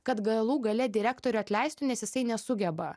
kad galų gale direktorių atleistų nes jisai nesugeba